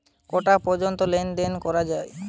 কটা পর্যন্ত লেন দেন করা য়ায়?